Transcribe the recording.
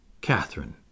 Catherine